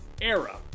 era